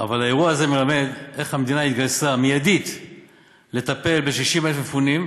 אבל האירוע הזה מלמד איך המדינה התגייסה מייד לטפל ב-60,000 מפונים,